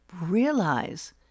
realize